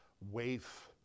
waif